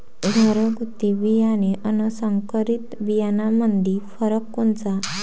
घरगुती बियाणे अन संकरीत बियाणामंदी फरक कोनचा?